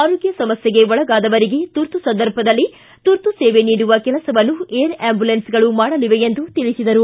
ಆರೋಗ್ಯ ಸಮಸ್ವೆಗೆ ಒಳಗಾದವರಿಗೆ ತುರ್ತು ಸಂದರ್ಭದಲ್ಲಿ ತುರ್ತು ಸೇವೆ ನೀಡುವ ಕೆಲಸವನ್ನು ಏರ್ ಆ್ಲಂಬುಲೆನ್ಸ್ಗಳು ಮಾಡಲಿವೆ ಎಂದು ತಿಳಿಸಿದರು